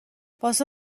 واسه